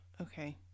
Okay